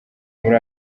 muri